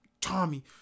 Tommy